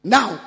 Now